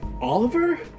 Oliver